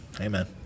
Amen